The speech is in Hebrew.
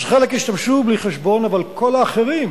אז חלק ישתמשו בלי חשבון, אבל כל האחרים,